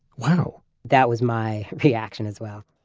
wow that was my reaction as well